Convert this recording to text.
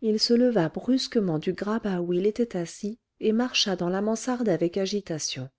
il se leva brusquement du grabat où il était assis et marcha dans la mansarde avec agitation